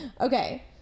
okay